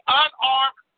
unarmed